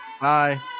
Bye